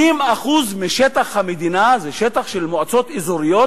80% משטח המדינה זה שטח של מועצות אזוריות